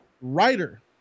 writer